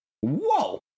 Whoa